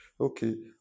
Okay